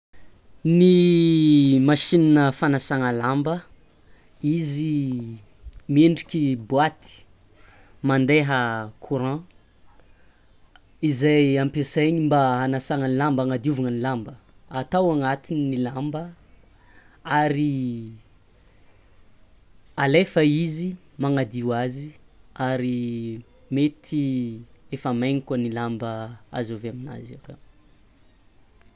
Ny machina fanasagna lamba izy miendriky boaty mandeha courant izay ampiasainy mba hanasana lamba hanadiovana lamba, atao agnatiny lamba ary alefa izy manadio azy ary mety efa megny koa ny lamba avy aminazy akao.